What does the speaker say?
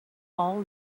all